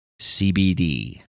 CBD